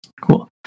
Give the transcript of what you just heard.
Cool